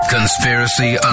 Conspiracy